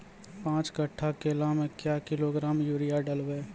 पाँच कट्ठा केला मे क्या किलोग्राम यूरिया डलवा?